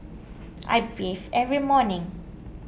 I breath every morning